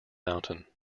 mountain